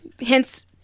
Hence